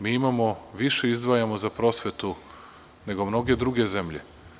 Mi više izdvajamo za prosvetu nego mnoge druge zemlje.